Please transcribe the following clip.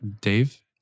Dave